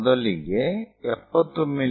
ಮೊದಲಿಗೆ 70 ಮಿ